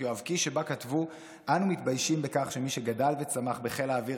יואב קיש שבה כתבו: אנו מתביישים בכך שמי שגדל וצמח בחיל האוויר